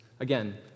Again